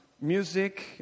music